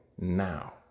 now